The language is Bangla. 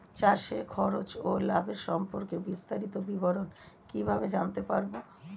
চাষে খরচ ও লাভের সম্পর্কে বিস্তারিত বিবরণ কিভাবে জানতে পারব?